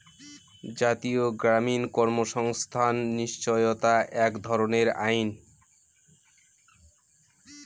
জাতীয় গ্রামীণ কর্মসংস্থান নিশ্চয়তা এক ধরনের আইন